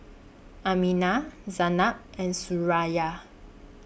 Aminah Zaynab and Suraya